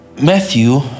Matthew